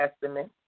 Testament